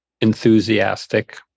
enthusiastic